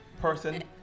person